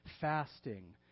fasting